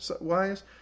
wise